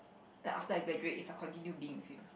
the after I graduate if I continue being with him